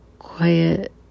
quiet